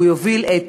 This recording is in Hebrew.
הוא יוביל את